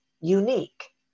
Unique